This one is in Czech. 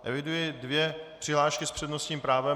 Eviduji dvě přihlášky s přednostním právem.